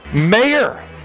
mayor